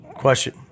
Question